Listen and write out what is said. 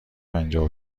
پنجاه